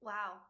Wow